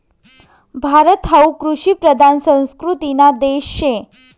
भारत हावू कृषिप्रधान संस्कृतीना देश शे